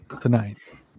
tonight